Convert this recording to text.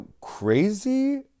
crazy